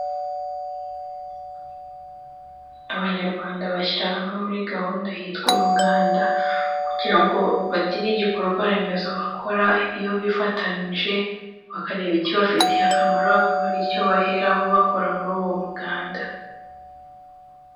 Abanyarwanda bashyira hamwe muri gahunda yitwa umuganda kugira ngo bagire igikorwa remezo bakora, iyo bifatanije bakareba ikibafitiye akamarokaba ari icyo baheraho bakora muri uwo muganda.